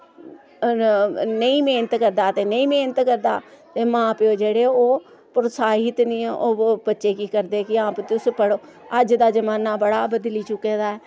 नेईं मेह्नत करदा हा ते नेईं मेह्नत करदा ते मां प्यो जेह्ड़े ओह् प्रोत्साहित नि ओह् बच्चे गी करदे कि हां वे तुस अज्ज दा जमाना बड़ा बदली चुके दा ऐ